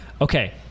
Okay